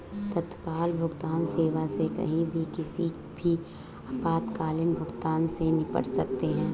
तत्काल भुगतान सेवा से कहीं भी किसी भी आपातकालीन भुगतान से निपट सकते है